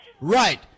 Right